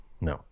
No